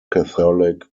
catholic